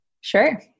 Sure